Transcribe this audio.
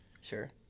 Sure